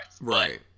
right